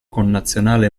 connazionale